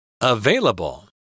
Available